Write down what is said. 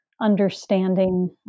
understanding